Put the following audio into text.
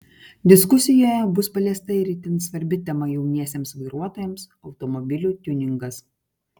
diskusijoje bus paliesta ir itin svarbi tema jauniesiems vairuotojams automobilių tiuningas